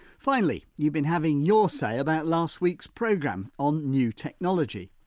finally, you've been having your say about last week's programme on new technology.